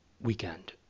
weekend